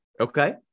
Okay